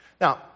Now